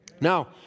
Now